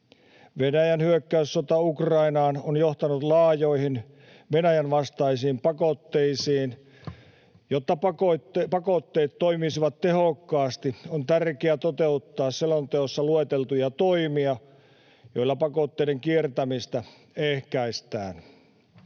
Venäjän hyökkäyssota Ukrainaan on johtanut laajoihin Venäjän vastaisiin pakotteisiin, ja jotta pakotteet toimisivat tehokkaasti, on tärkeää toteuttaa selonteossa lueteltuja toimia, joilla pakotteiden kiertämistä ehkäistään.